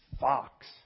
fox